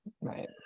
Right